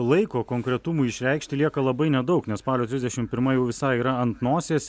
laiko konkretumui išreikšti lieka labai nedaug nes spalio trisdešimt pirma jau visai yra ant nosies